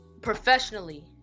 professionally